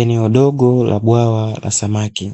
Eneo dogo la bwawa la samaki,